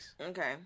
Okay